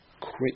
Quick